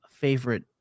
favorite